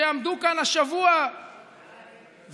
שעמדו כאן השבוע וצעקו,